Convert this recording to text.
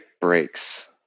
breaks